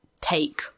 take